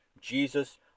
Jesus